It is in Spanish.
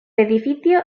edificio